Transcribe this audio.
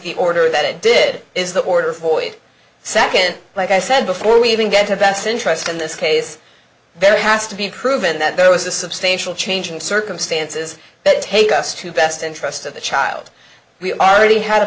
the order that it did is the order for a second like i said before we even get to best interest in this case there has to be proven that there was a substantial change in circumstances that take us to best interest of the child we already ha